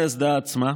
על האסדה עצמה.